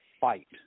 fight